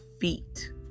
feet